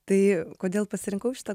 tai kodėl pasirinkau šitą